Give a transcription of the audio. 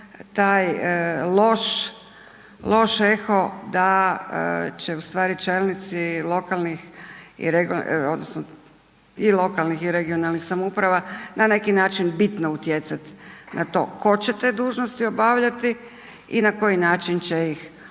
taj loš eho da će u stvari čelnici i lokalnih i regionalnih samouprava na neki način bitno utjecat na to tko će te dužnosti obavljati i na koji način će ih obavljati